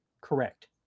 Correct